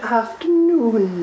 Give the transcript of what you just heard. afternoon